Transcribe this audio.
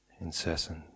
incessant